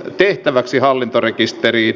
kriisinhallinnan tehtävän